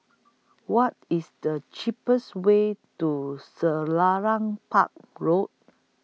What IS The cheapest Way to Selarang Park Road